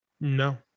No